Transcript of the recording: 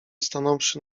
stanąwszy